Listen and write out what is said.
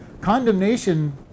Condemnation